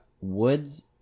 Woods